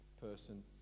person